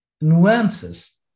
nuances